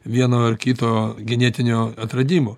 vieno ar kito genetinio atradimo